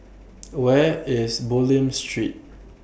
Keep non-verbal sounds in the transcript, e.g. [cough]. [noise] Where IS Bulim Street